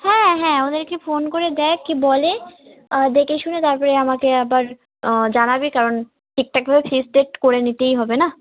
হ্যাঁ হ্যাঁ ওদেরকে ফোন করে দেখ কী বলে দেখে শুনে তার পরে আমাকে আবার জানাবি কারণ ঠিকঠাকভাবে ফিক্সড ডেট করে নিতেই হবে না